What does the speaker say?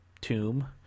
tomb